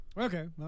Okay